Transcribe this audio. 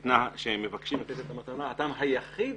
שמבקשים לתת את המתנה, הטעם היחיד,